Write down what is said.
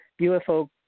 UFO